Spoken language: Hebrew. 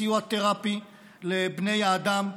בסיוע תרפי לבני האדם,